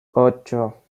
ocho